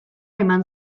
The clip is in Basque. eman